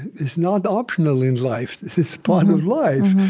is not optional in life. it's it's part of life.